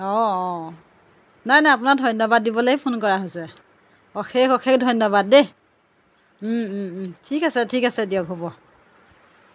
অঁ অঁ নাই নাই আপোনাক ধন্যবাদ দিবলৈয়ে ফোন কৰা হৈছে অশেষ অশেষ ধন্যবাদ দেই ঠিক আছে ঠিক আছে দিয়ক হ'ব